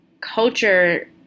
culture